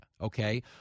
okay